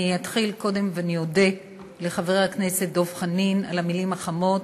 אני קודם אודה לחבר הכנסת דב חנין על המילים החמות,